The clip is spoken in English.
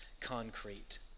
concrete